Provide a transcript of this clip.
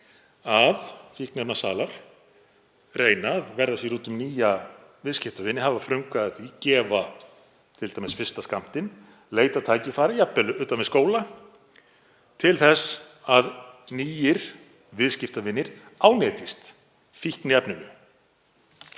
að fíkniefnasalar reyna að verða sér úti um nýja viðskiptavini, hafa frumkvæði að því, gefa t.d. fyrsta skammtinn, leita tækifæra, jafnvel utan við skóla, til þess að nýir viðskiptavinir ánetjist fíkniefninu.